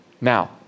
Now